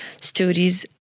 studies